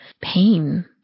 pain